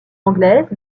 anglaise